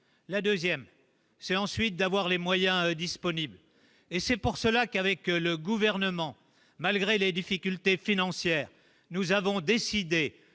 la 2ème c'est ensuite d'avoir les moyens disponibles et c'est pour cela qu'avec le gouvernement, malgré les difficultés financières, nous avons décidé